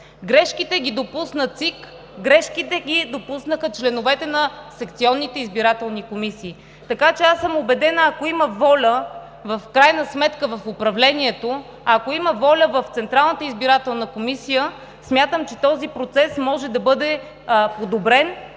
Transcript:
Грешките ги допусна ЦИК, грешките ги допуснаха членовете на секционните избирателни комисии. В крайна сметка аз съм убедена, че ако има воля в управлението, ако има воля в Централната избирателна комисия, смятам, че този процес може да бъде подобрен